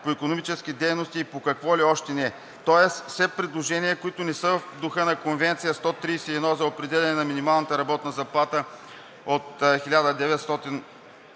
по икономически дейности и по какво ли още не, тоест все предложения, които не са в духа на Конвенция № 131 за определяне на минималната работна заплата от 1970